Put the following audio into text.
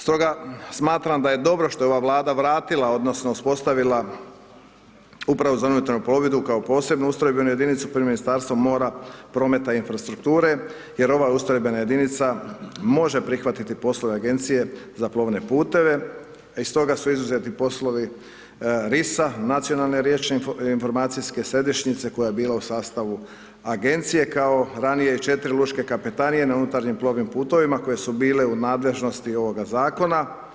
Stoga smatram da je dobro što je ova Vlada vratila odnosno uspostavila upravu za unutarnju plovidbu kao posebnu ustrojbenu jedinicu pri Ministarstvu mora, prometa i infrastrukture jer ovaj ustrojbena jedinica može prihvatiti poslove agencije za plovne puteve a iz toga su izuzeti poslovi RIS-a, nacionalne riječne informacijske središnjice koja je bila u sastavu agencije kao ranije i 4 lučke kapetanije na unutarnjim plovnim putevima koje su bile u nadležnosti ovoga zakona.